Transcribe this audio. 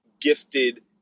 Gifted